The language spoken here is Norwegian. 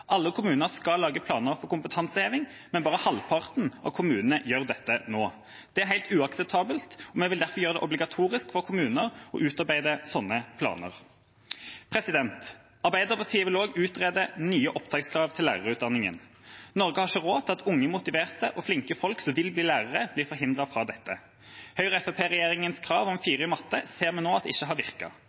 Alle kommuner skal lage planer for kompetanseheving, men bare halvparten av kommunene gjør dette nå. Det er helt uakseptabelt, og vi vil derfor gjøre det obligatorisk for kommuner å utarbeide sånne planer. Arbeiderpartiet vil også utrede nye opptakskrav til lærerutdanningen. Norge har ikke råd til at unge, motiverte og flinke folk som vil bli lærere, blir forhindret fra dette. Høyre–Fremskrittsparti-regjeringas krav om fire i matte ser vi nå ikke har